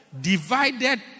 divided